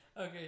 Okay